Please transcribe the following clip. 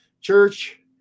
church